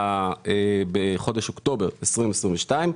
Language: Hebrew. בחודש אוקטובר 2022,